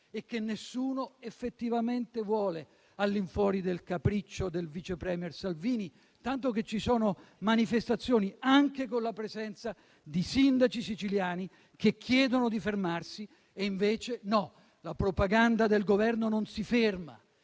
e che nessuno effettivamente vuole, all'infuori del capriccio del vice *premier* Salvini, tanto che ci sono manifestazioni anche con la presenza di sindaci siciliani che chiedono di fermarsi. E invece no, la propaganda del Governo non si ferma.